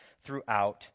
throughout